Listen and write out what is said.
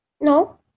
No